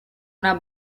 una